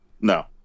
No